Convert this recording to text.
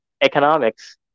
economics